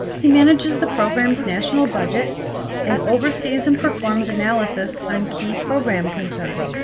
he manages the program's national budget and oversees and performs analysis on key program concerns